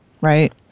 Right